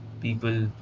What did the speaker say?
people